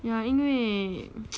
yeah 因为